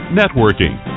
networking